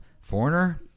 Foreigner